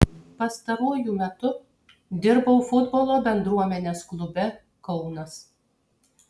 pastaruoju metu dirbau futbolo bendruomenės klube kaunas